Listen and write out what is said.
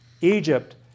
Egypt